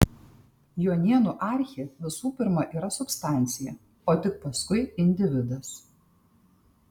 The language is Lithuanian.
jonėnų archė visų pirma yra substancija o tik paskui individas